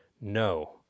No